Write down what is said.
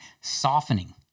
softening